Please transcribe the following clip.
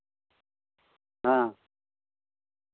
ᱦᱮᱸ